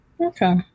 Okay